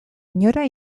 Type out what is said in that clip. inora